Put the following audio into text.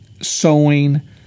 sewing